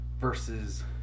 versus